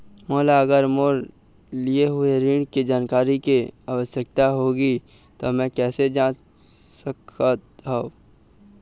मोला अगर मोर लिए हुए ऋण के जानकारी के आवश्यकता होगी त मैं कैसे जांच सकत हव?